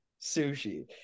sushi